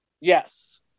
Yes